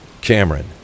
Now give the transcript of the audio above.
Cameron